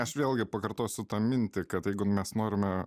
aš vėlgi pakartosiu tą mintį kad jeigu mes norime